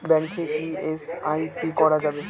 Bank থেকে কী SIP করা যাবে?